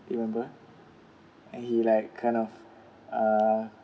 you remember and he like kind of uh